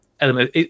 element